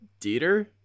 Dieter